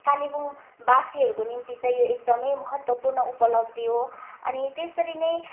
कालेबुङवासीहरूको निम्ति चाहिँ यो एकदमै महत्त्वपूर्ण उपलब्धि हो अनि त्यसरी नै